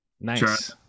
Nice